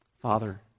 Father